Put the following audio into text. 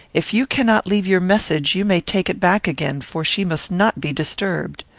if you cannot leave your message, you may take it back again, for she must not be disturbed.